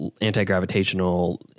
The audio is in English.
anti-gravitational